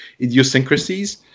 idiosyncrasies